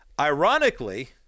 Ironically